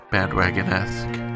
Bandwagon-esque